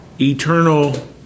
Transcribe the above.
Eternal